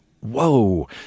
whoa